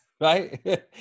right